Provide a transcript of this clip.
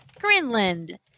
Greenland